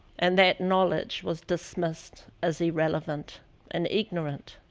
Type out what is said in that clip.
and that knowledge was dismissed as irrelevant and ignorant.